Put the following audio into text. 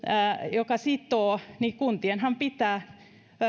joka sitoo niin kuntienhan pitää